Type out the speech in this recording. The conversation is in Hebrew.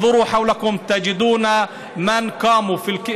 הביטו סביבכם ותראו שמי ששיחקו במשחקי